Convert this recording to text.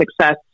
success